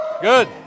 good